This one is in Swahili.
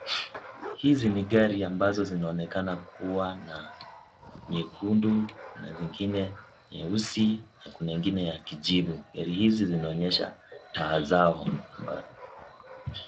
Hizi ni gari ambazo zinaonekana kuwa na nyekundu kuna zingine nyeusi na kuna ingine ya kijivu, gari hizi zinaonyesha taa zao.